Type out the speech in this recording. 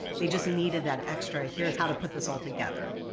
they just needed that extra here's how to put this all together,